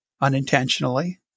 unintentionally